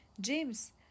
James